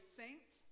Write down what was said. saint